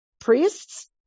priests